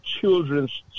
children's